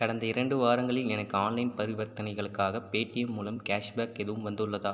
கடந்த இரண்டு வாரங்களில் எனக்கு ஆன்லைன் பரிவர்த்தனைகளுக்காக பேடிஎம் மூலம் கேஷ்பேக் எதுவும் வந்துள்ளதா